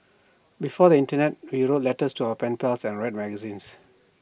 before the Internet we wrote letters to our pen pals and read magazines